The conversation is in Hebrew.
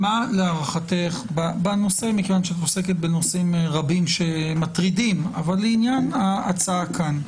מכיוון שאת עוסקת בנושאים רבים שמטרידים לעניין ההצעה כאן,